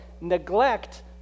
Neglect